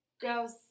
girls